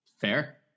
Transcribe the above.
Fair